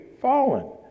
fallen